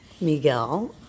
Miguel